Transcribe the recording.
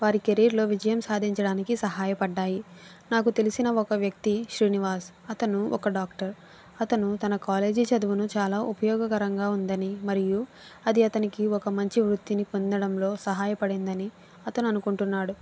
వారి కెరీర్లో విజయం సాధించడానికి సహాయపడ్డాయి నాకు తెలిసిన ఒక వ్యక్తి శ్రీనివాస్ అతను ఒక డాక్టర్ అతను తన కాలేజీ చదువును చాలా ఉపయోగకరంగా ఉందని మరియు అది అతనికి ఒక మంచి వృత్తిని పొందడంలో సహాయపడింది అని అతను అనుకుంటున్నాడు